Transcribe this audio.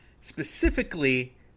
Specifically